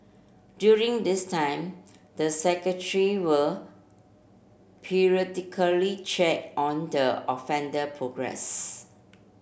during this time the will periodically check on the offender progress